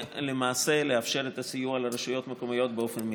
ולמעשה לאפשר את הסיוע לרשויות המקומיות באופן מיידי.